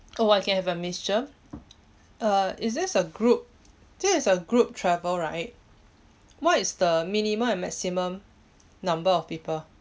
oh I can have a mixture err is this a group this is a group travel right what is the minimum and maximum number of people